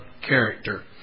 character